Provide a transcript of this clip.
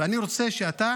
ואני רוצה שאתה